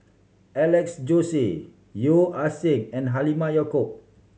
Alex Josey Yeo Ah Seng and Halimah Yacob